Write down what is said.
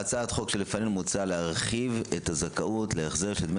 בהצעת החוק שלפנינו מוצע להרחיב את הזכאות להחזר של דמי